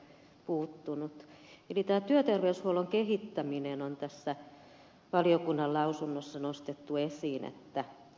eli tämä työterveyshuollon kehittäminen on tässä valiokunnan mietinnössä nostettu esiin